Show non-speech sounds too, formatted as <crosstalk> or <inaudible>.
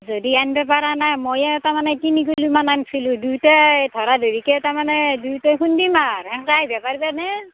যদি আনিব পৰা নাই মই তাৰমানে তিনি কিলোমান আনিছিলোঁ দুয়োটাই ধৰা ধৰিকৈ তাৰমানে দুয়োটাই খুন্দিম আৰু <unintelligible> পাৰিবানে